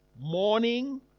Morning